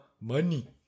money